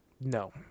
No